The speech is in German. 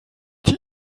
die